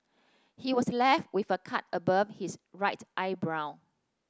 he was left with a cut above his right eyebrow